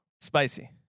Spicy